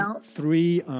three